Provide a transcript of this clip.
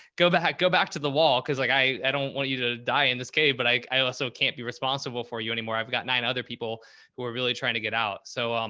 go back, go back to the wall. cause like, i don't want you to die in this cave, but i also can't be responsible for you anymore. i've got nine other people who are really trying to get out. so, um